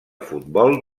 futbol